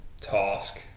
task